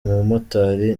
umumotari